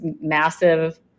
massive